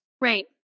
Right